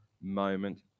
moment